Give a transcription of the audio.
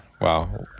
wow